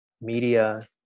media